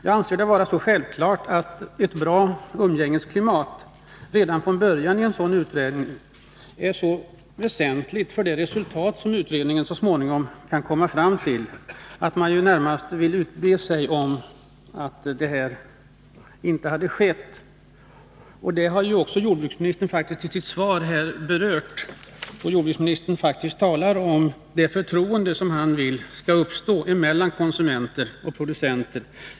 Jag anser det vara självklart att ett redan från början bra umgängesklimat i en sådan utredning är så väsentligt för det resultat som utredningen så småningom kan komma fram till att jag närmast skulle önska att det som skett inte hade skett. Jordbruksministern berörde ju detta i sitt svar, när han talade om det förtroende som han vill skall finnas mellan konsumenter och producenter.